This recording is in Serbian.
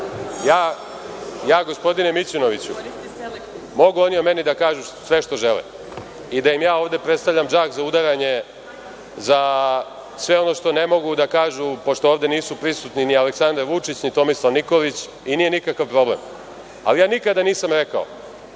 vama. Gospodine Mićunoviću, mogu oni o meni da kažu sve što žele i da im ja ovde predstavljam džak za udaranje za sve ono što ne mogu da kažu, pošto ovde nisu prisutni ni Aleksandar Vučić ni Tomislav Nikolić i nije nikakav problem, ali ja nikada nisam rekao,